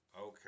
Okay